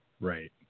right